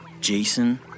Jason